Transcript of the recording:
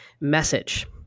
Message